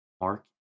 Mark